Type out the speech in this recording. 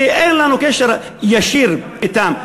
שאין לנו קשר ישיר אתם.